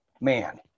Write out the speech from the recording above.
man